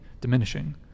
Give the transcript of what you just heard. diminishing